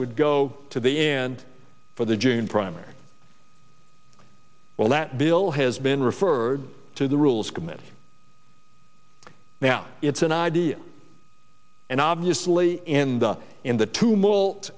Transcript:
would go to the end for the june primary well that bill has been referred to the rules committee now it's an idea and obviously in the in the t